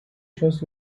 šios